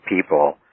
people